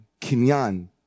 Kinyan